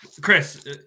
Chris